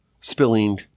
spilling